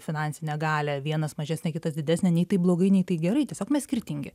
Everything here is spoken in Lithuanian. finansinę galią vienas mažesnę kitas didesnę nei tai blogai nei tai gerai tiesiog mes skirtingi